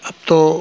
अब तो